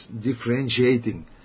differentiating